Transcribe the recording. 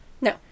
No